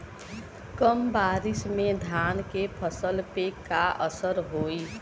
कम बारिश में धान के फसल पे का असर होई?